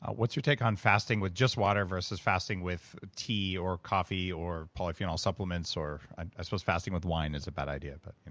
what's your take on fasting with just water versus fasting with tea or coffee or polyphenol supplements or ah i suppose fasting with wine is a bad idea but? and